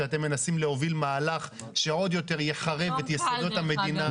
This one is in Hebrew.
שאתם מנסים להוביל מהלך שעוד יותר יחרב את יסודות המדינה.